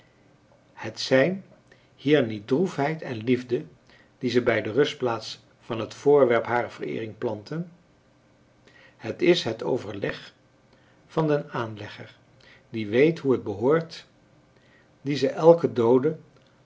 het zijn hier niet droefheid en liefde die ze bij de rustplaats van het voorwerp harer vereering planten het is het overleg van den aanlegger die weet hoe het behoort die ze elken doode